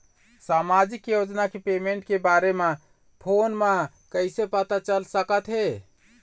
सामाजिक योजना के पेमेंट के बारे म फ़ोन म कइसे पता चल सकत हे?